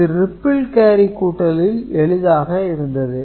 இது ripple carry கூட்டலில் எளிதாக இருந்தது